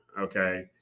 okay